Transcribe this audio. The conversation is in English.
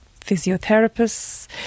physiotherapists